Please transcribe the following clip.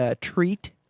treat